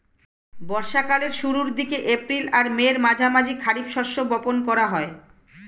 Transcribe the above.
বর্ষা কালের শুরুর দিকে, এপ্রিল আর মের মাঝামাঝি খারিফ শস্য বপন করা হয়